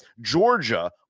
Georgia